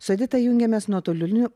su edita jungiamės nuotoliniu